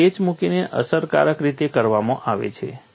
તે પેચ મૂકીને અસરકારક રીતે કરવામાં આવે છે